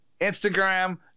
instagram